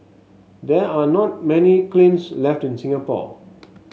there are not many cleans left in Singapore